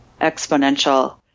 exponential